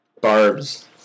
Barbs